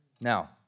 Now